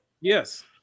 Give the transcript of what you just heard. Yes